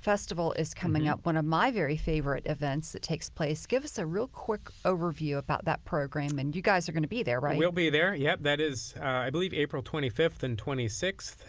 festival is coming up, one of my very favorite events that takes place. give us a real quick overview about that program. and you guys are going to be there, right? brian niemann we'll be there, yep. that is i believe april twenty fifth and twenty sixth.